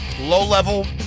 low-level